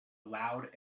loud